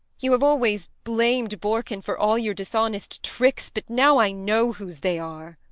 you have always blamed borkin for all your dishonest tricks, but now i know whose they are.